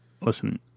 Listen